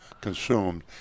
consumed